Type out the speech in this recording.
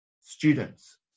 students